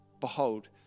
Behold